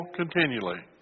continually